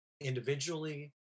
individually